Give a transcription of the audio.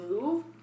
move